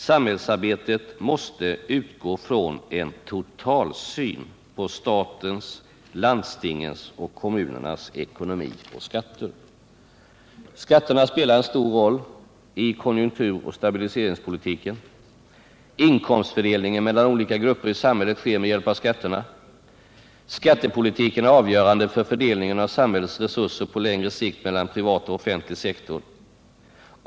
Samhällsarbetet måste utgå från en totalsyn på statens, landstingens och kommunernas ekonomi och skatter. Skatterna spelar en stor roll i konjunkturoch stabiliseringspolitiken. Inkomstfördelningen mellan olika grupper i samhället sker med hjälp av skatterna. Skattepolitiken är avgörande för fördelningen av samhällets resurser på längre sikt mellan privat och offentlig sektor.